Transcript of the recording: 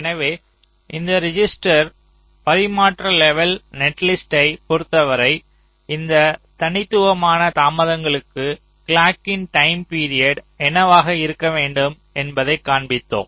எனவே இந்த ரெசிஸ்டர் பரிமாற்ற லெவல் நெட்லிஸ்ட்டைப் பொறுத்தவரை இந்த தனித்துவமான தாமதங்களுக்கு கிளாக்கின் டைம் பிரியடு என்னவாக இருக்க வேண்டும் என்பதைக் காண்பித்தோம்